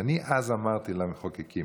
ואני אמרתי למחוקקים: